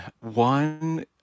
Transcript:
One